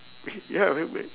ya